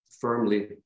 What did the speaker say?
firmly